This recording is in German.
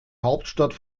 hauptstadt